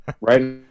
Right